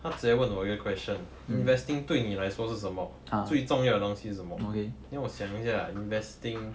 他直接问我一个 question investing 对你来说是什么最重要的东西是什么 then 我想一下 investing